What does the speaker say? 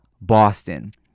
Boston